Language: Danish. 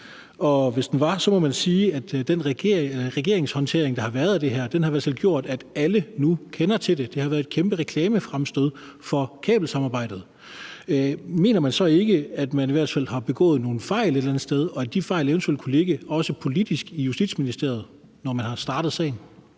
en hemmelighed, må man sige, at den måde, regeringen har håndteret det her på, har gjort, at alle nu kender til det; det har været et kæmpe reklamefremstød for kabelsamarbejdet. Mener man så ikke, at man i hvert fald har begået nogle fejl et eller andet sted, og at de fejl eventuelt også politisk kunne ligge i Justitsministeriet, når man har startet sagen?